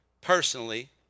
personally